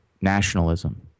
nationalism